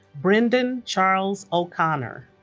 brendan charles o'connor